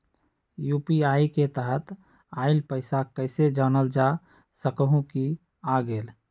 UPI के तहत आइल पैसा कईसे जानल जा सकहु की आ गेल?